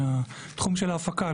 מהתחום של ההפקה,